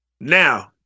Now